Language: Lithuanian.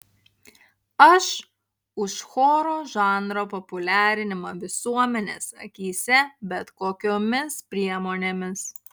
aš už choro žanro populiarinimą visuomenės akyse bet kokiomis priemonėmis